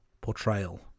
portrayal